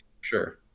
sure